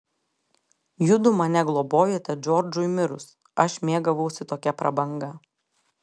judu mane globojote džordžui mirus aš mėgavausi tokia prabanga